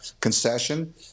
concession